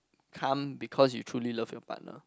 come because you truly love your partner